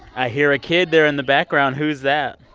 i hear a kid there in the background. who's that?